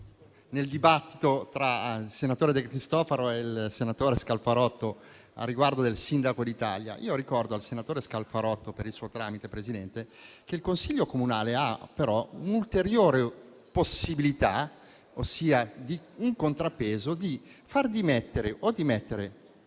nel dibattito tra il senatore De Cristofaro e il senatore Scalfarotto al riguardo del sindaco d'Italia. Ricordo al senatore Scalfarotto - per il suo tramite, Presidente - che il consiglio comunale ha però un'ulteriore possibilità, ossia un contrappeso: far dimettere il 50 per